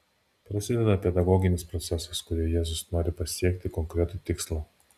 prasideda pedagoginis procesas kuriuo jėzus nori pasiekti konkretų tikslą